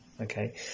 okay